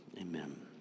amen